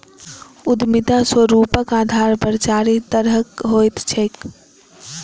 उद्यमिता स्वरूपक आधार पर चारि तरहक होइत छैक